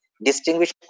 Distinguish